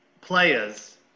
players